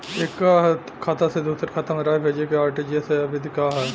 एकह खाता से दूसर खाता में राशि भेजेके आर.टी.जी.एस विधि का ह?